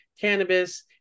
cannabis